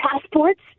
passports